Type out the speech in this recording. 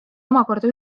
omakorda